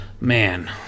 man